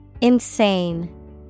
Insane